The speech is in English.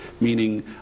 meaning